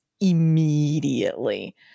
immediately